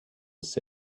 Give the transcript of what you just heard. said